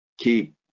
Keep